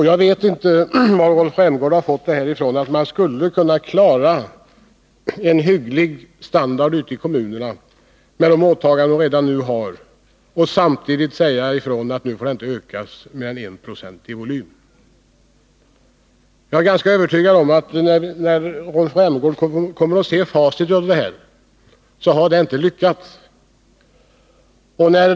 Jag vet inte varifrån Rolf Rämgård har fått den tanken att man skulle kunna klara en hygglig standard i kommunerna med de åtaganden som de redan har, om den kommunala verksamhetens volym inte får öka med mer än 1 20. När Rolf Rämgård en gång får se facit kommer han att finna att det inte har lyckats.